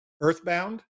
earthbound